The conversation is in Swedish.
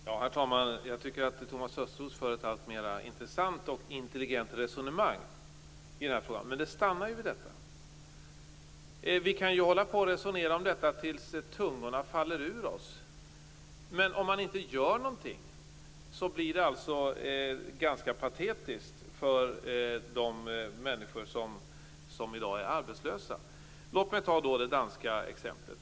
Herr talman! Jag tycker att Thomas Östros för ett alltmer intressant och intelligent resonemang i frågan. Men det stannar vid det. Vi kan hålla på att resonera tills tungorna faller ur oss. Men om inget görs blir det ganska patetiskt för de människor som i dag är arbetslösa. Låt mig ta det danska exemplet.